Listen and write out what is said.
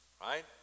right